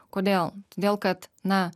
kodėl todėl kad na